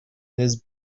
his